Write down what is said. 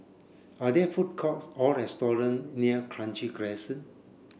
are there food courts or restaurants near Kranji Crescent